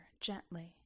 gently